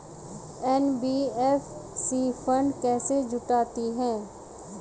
NBFC fund कैसे जुटाती है?